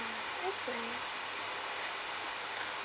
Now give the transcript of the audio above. hopefully